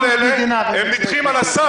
כל אלה נדחים על הסף.